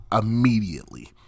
immediately